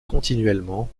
continuellement